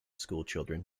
schoolchildren